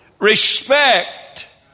Respect